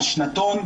על שנתון,